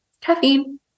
caffeine